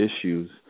issues